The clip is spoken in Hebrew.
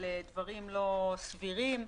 על דברים לא סבירים.